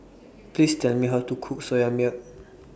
Please Tell Me How to Cook Soya Milk